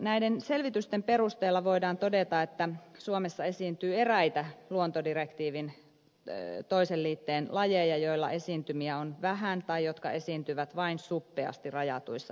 näiden selvitysten perusteella voidaan todeta että suomessa esiintyy eräitä luontodirektiivin toisen liitteen lajeja joilla esiintymiä on vähän tai jotka esiintyvät vain suppeasti rajatuissa elinympäristöissä